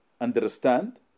understand